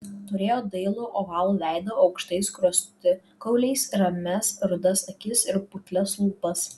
turėjo dailų ovalų veidą aukštais skruostikauliais ramias rudas akis ir putlias lūpas